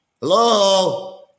Hello